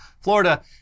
Florida